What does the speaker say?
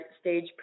stage